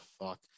fuck